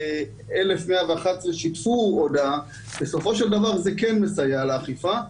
ש-34,111 שיתפו הודעה בסופו של דבר זה כן מסייע לאכיפה.